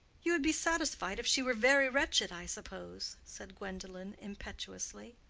you would be satisfied if she were very wretched, i suppose, said gwendolen, impetuously.